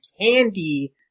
candy